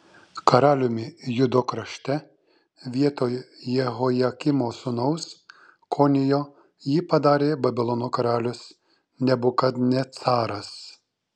karaliumi judo krašte vietoj jehojakimo sūnaus konijo jį padarė babilono karalius nebukadnecaras